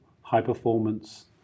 high-performance